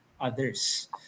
others